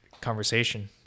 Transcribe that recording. conversation